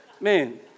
Man